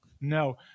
no